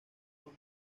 son